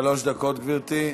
שלוש דקות, גברתי.